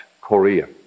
Korea